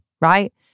Right